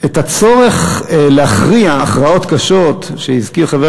את הצורך להכריע הכרעות קשות שהזכיר חבר